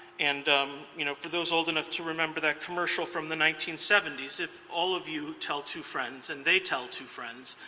and um you know for those old enough to remember that commercial from the nineteen seventy s, if all of you tell two friends and they tell two friends,